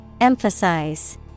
Emphasize